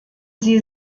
sie